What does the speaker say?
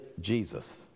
Jesus